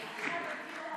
לוועדת העבודה והרווחה נתקבלה.